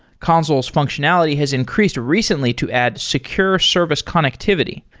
consul's functionality has increased recently to add secure service connectivity.